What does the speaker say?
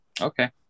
Okay